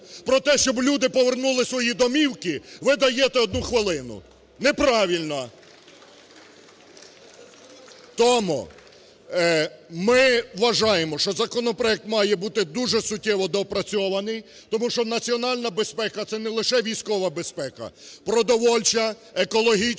про те, щоби люди повернули свої домівки – ви даєте 1 хвилину. Неправильно! Тому ми вважаємо, що законопроект має бути дуже суттєво доопрацьований, тому що національна безпека – це не лише військова безпека. Продовольча, екологічна,